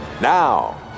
Now